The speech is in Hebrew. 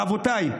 רבותיי,